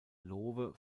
lowe